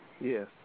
Yes